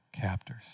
captors